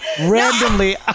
randomly